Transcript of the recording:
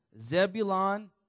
Zebulon